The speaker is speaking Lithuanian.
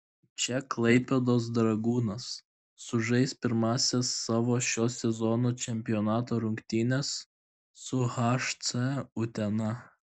čia klaipėdos dragūnas sužais pirmąsias savo šio sezono čempionato rungtynes su hc utena